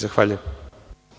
Zahvaljujem.